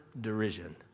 derision